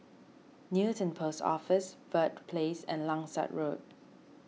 Newton Post Office Verde Place and Langsat Road